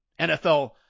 NFL